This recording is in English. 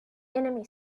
enemy